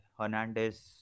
Hernandez